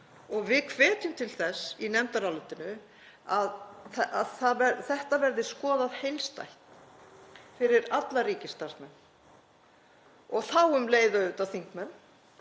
Við hvetjum til þess í nefndarálitinu að þetta verði skoðað heildstætt fyrir alla ríkisstarfsmenn, og þá um leið auðvitað þingmenn.